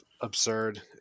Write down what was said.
absurd